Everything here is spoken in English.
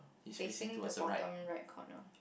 facing the bottom right corner